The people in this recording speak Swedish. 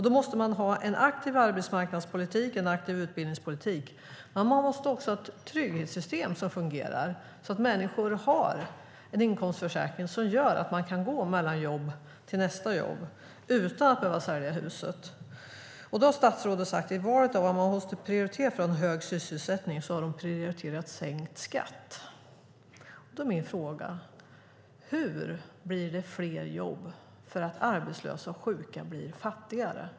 Då måste man ha en aktiv arbetsmarknadspolitik och en aktiv utbildningspolitik. Det behövs också ett trygghetssystem som fungerar så att människor har en inkomstförsäkring som är sådan att man kan gå till nästa jobb utan att behöva sälja huset. Statsrådet har sagt att när det gäller valet av vad som måste prioriteras för att ha hög sysselsättning har regeringen prioriterat sänkt skatt. Min fråga blir därför: Hur blir det fler jobb genom att arbetslösa och sjuka blir fattigare?